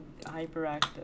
hyperactive